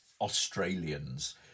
Australians